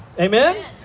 Amen